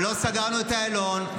ולא סגרנו את איילון,